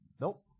Nope